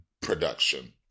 production